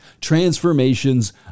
Transformations